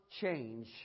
change